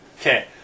Okay